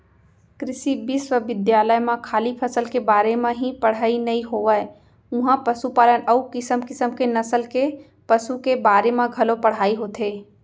कृषि बिस्वबिद्यालय म खाली फसल के बारे म ही पड़हई नइ होवय उहॉं पसुपालन अउ किसम किसम के नसल के पसु के बारे म घलौ पढ़ाई होथे